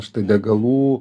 štai degalų